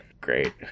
great